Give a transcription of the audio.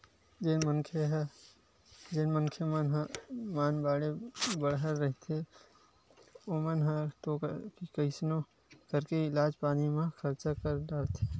जेन मनखे मन ह मनमाड़े बड़हर रहिथे ओमन ह तो कइसनो करके इलाज पानी म खरचा कर डारथे